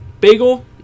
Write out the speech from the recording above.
Bagel